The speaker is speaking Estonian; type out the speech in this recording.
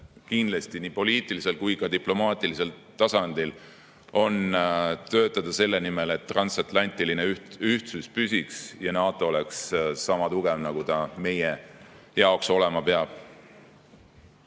ülesanne nii poliitilisel kui ka diplomaatilisel tasandil on töötada selle nimel, et transatlantiline ühtsus püsiks ja NATO oleks sama tugev, kui ta meie jaoks olema peab.